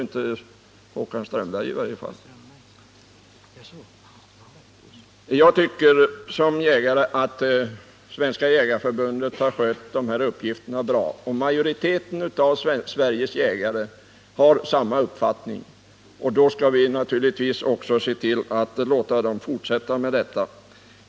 Det sade i varje fall inte Jag tycker som jägare att Svenska jägareförbundet har skött de här uppgifterna bra, och majoriteten av Sveriges jägare har samma uppfattning. Då skall vi naturligtvis också låta det förbundet fortsätta med det.